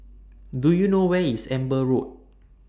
Do YOU know Where IS Amber Road